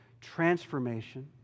transformation